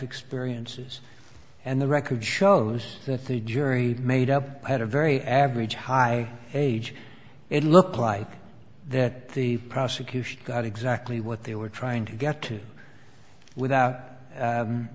experiences and the record shows that the jury made up had a very average high age it looked like that the prosecution got exactly what they were trying to get to without